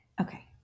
Okay